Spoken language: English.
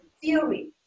theory